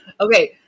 Okay